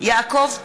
יעקב פרי,